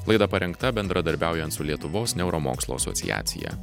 laida parengta bendradarbiaujant su lietuvos neuromokslų asociacija